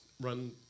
Run